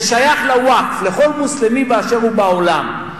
זה שייך לווקף, לכל מוסלמי באשר הוא בעולם.